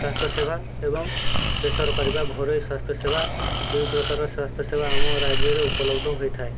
ସ୍ୱାସ୍ଥ୍ୟସେବା ଏବଂ ବେସରକାରୀ ବା ଘରୋଇ ସ୍ୱାସ୍ଥ୍ୟସେବା ଦୁଇ ପ୍ରକାର ସ୍ୱାସ୍ଥ୍ୟ ସେବା ଆମ ରାଜ୍ୟରେ ଉପଲବ୍ଧ ହୋଇଥାଏ